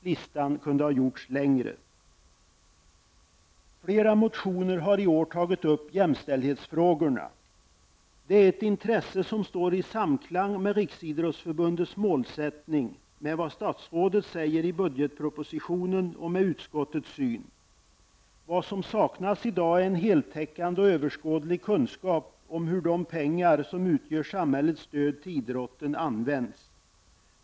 Listan kunde ha gjorts längre. I flera motioner har man i år tagit upp jämställdhetsfrågorna. Det är ett intresse i samklang med Riksidrottsförbundets målsättning, med vad statsrådet säger i budgetpropositionen och med utskottets syn. Vad som saknas i dag är en heltäckande och överskådlig kunskap om hur de pengar som utgör samhällets stöd till idrotten används.